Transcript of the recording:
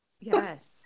yes